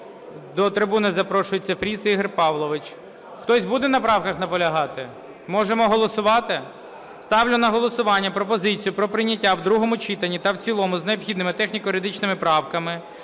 До трибуни запрошується Фріс Ігор Павлович. Хтось буде на правках наполягати? Можемо голосувати? Ставлю на голосування пропозицію про прийняття в другому читанні та в цілому з необхідними техніко-юридичними правками